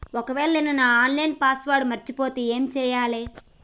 ఒకవేళ నేను నా ఆన్ లైన్ పాస్వర్డ్ మర్చిపోతే ఏం చేయాలే?